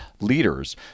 leaders